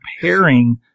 pairing